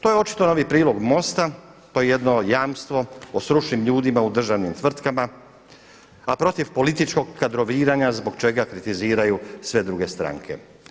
To je očito novi prilog MOST-a, to je jedno jamstvo o stručnim ljudima u državnim tvrtkama, a protiv političkog kadroviranja zbog čega kritiziraju sve druge stranke.